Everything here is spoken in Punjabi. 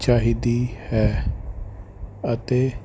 ਚਾਹੀਦੀ ਹੈ ਅਤੇ